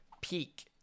peak